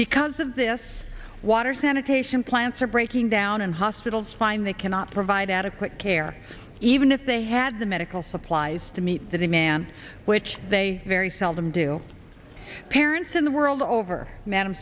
because of this water sanitation plants are breaking down and hospitals find they cannot provide adequate care even if they had the medical supplies to meet the demand which they very seldom do parents in the world over madam